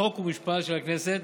חוק ומשפט של הכנסת,